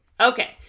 Okay